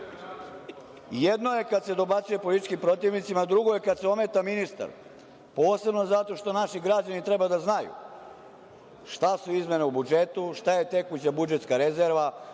Jedno je kada se dobacuje političkim protivnicima, a drugo je kada se ometa ministar, posebno zato što naši građani treba da znaju šta su izmene u budžetu, šta je tekuća budžetska rezerva,